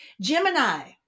Gemini